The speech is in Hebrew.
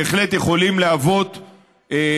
בהחלט יכולות להיות נכס,